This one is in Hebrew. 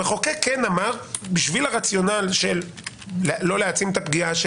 המחוקק אמר בשביל הרציונל לא להעצים את הפגיעה של